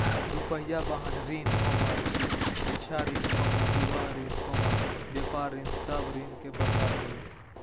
दू पहिया वाहन ऋण, शिक्षा ऋण, विवाह ऋण, व्यापार ऋण सब ऋण के प्रकार हइ